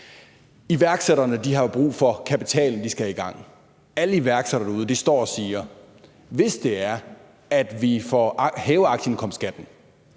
Iværksættere har brug for kapital, når de skal i gang. Alle iværksættere derude står og siger, at hvis det er sådan, at politikerne hæver aktieindkomstskatten,